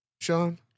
Sean